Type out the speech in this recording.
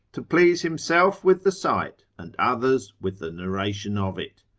to please himself with the sight, and others with the narration of it.